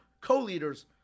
co-leaders